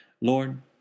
Lord